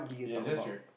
you're just re~